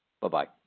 Bye-bye